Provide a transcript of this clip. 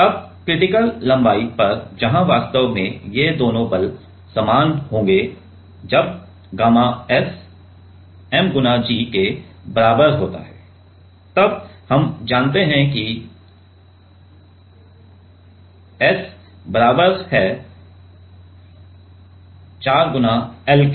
अब क्रांतिक लंबाई पर जहां वास्तव में ये दोनों बल समान होंगे जब गामा S mg के बराबर होता है और तब हम जानते हैं कि S बराबर है 4L के